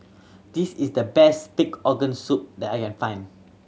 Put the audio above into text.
this is the best pig organ soup that I can find